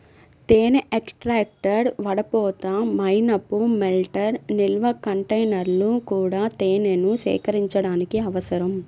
తేనె ఎక్స్ట్రాక్టర్, వడపోత, మైనపు మెల్టర్, నిల్వ కంటైనర్లు కూడా తేనెను సేకరించడానికి అవసరం